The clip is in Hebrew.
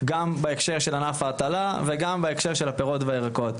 גם בהקשר של ענף ההטלה וגם בהקשר של הפירות והירקות.